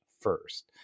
first